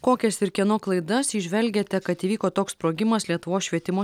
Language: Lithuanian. kokias ir kieno klaidas įžvelgiate kad įvyko toks sprogimas lietuvos švietimo